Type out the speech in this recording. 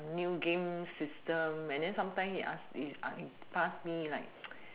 a new game system and then sometime he ask he he ask me like